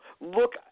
look